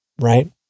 right